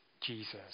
Jesus